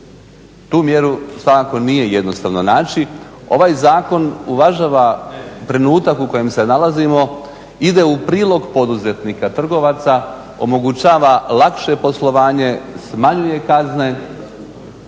Tu mjeru svakako nije jednostavno naći. Ovaj zakon uvažava trenutak u kojem se nalazimo ide u prilog poduzetnika trgovaca, omogućava lakše poslovanje, smanjuje kazne,